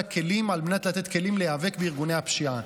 הכלים על מנת לתת כלים להיאבק בארגוני הפשיעה.